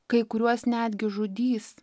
kai kuriuos netgi žudys